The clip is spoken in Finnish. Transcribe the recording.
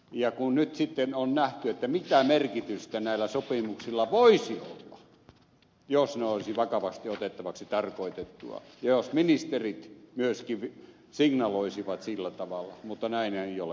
ja nyt sitten on nähty mitä merkitystä näillä sopimuksilla voisi olla jos ne olisivat vakavasti otettaviksi tarkoitettuja ja jos ministerit myöskin signaloisivat sillä tavalla mutta näin ei ole